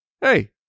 Hey